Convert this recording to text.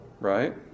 right